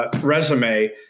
resume